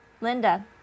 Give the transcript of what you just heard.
Linda